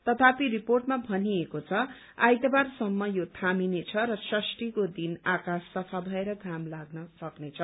तथापि रिपोर्टमा भनिएको छ आइतबारसम्म यो थामिनेछ र षष्ठीको दिन आकाश सफा भएर घाम लाग्न सक्नेछ